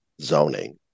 zoning